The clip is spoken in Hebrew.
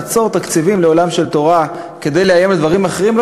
לעצור תקציבים לעולם של תורה כדי לאיים על דברים אחרים,